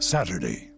Saturday